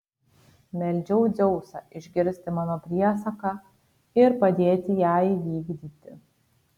meldžiau dzeusą išgirsti mano priesaką ir padėti ją įvykdyti